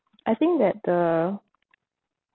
I think that the